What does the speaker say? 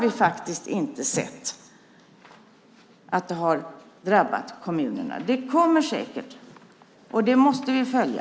Vi har faktiskt inte sett att det har drabbat kommunerna ännu. Det kommer säkert, och det måste vi följa.